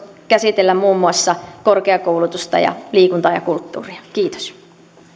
käsitellä muun muassa korkeakoulutusta ja liikuntaa ja kulttuuria kiitos